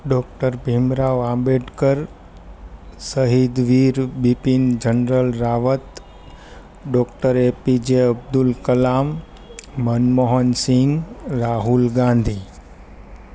doctor Bhimrao Ambedkar શહીદ વીર Bipin general Rawat doctor A P J Abdul Kalam Manmohan Singh Rahul Gandhi